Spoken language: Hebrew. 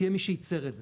תהיה מי שייצר את זה,